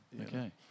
Okay